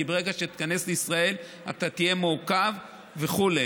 כי ברגע שתיכנס לישראל אתה תהיה מעוכב וכו'.